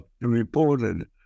reported